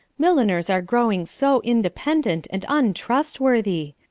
milliners are growing so independent and untrustworthy!